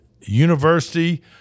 University